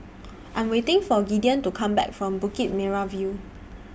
I Am waiting For Gideon to Come Back from Bukit Merah View